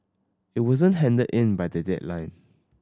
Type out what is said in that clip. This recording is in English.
it wasn't handed in by the deadline